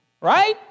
Right